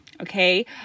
Okay